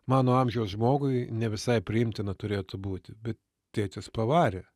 mano amžiaus žmogui ne visai priimtina turėtų būti bet tėtis pavarė